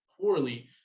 poorly